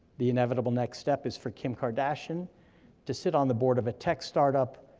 the inevitable next step is for kim kardashian to sit on the board of a tech startup,